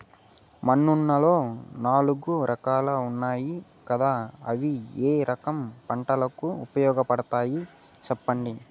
మన్నులో నాలుగు రకాలు ఉన్నాయి కదా అవి ఏ రకం పంటలకు ఉపయోగపడతాయి చెప్పండి?